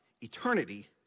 eternity